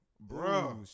Bro